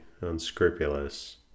unscrupulous